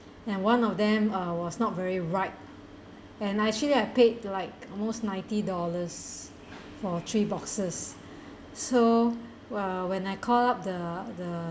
and one of them um was not very ripe and I actually I paid like almost ninety dollars for three boxes so !wah! when I call up the the